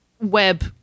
web